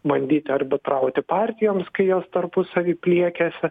bandyti arbitrauti partijoms kai jos tarpusavy pliekiasi